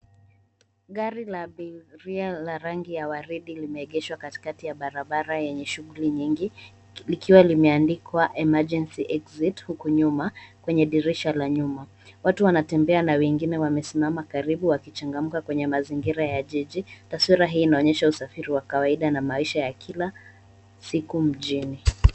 Gari la abiria la rangi ya waridi limeegeshwa katikati ya barabara yenye shuguli nyingi likiwa limeandikwa emergency exit huku nyuma kwenye dirisha la nyuma. Watu wanatembea na wengine wamesimama karibu wakichangamka kwenye mazingira ya jiji, taswira hii inaonyesha usafiri wa kawaida na maisha ya kila siku mjini.